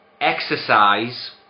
exercise